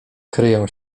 kryją